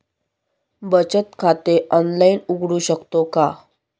बचत खाते ऑनलाइन उघडू शकतो का?